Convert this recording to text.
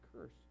curse